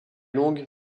longue